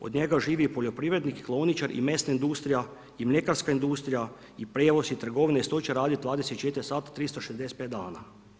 Od njega živi poljoprivrednik, klaoničar i mesna industrija i mljekarska industrija i prijevoz i trgovina i iz tog će raditi 24 sata, 365 dana.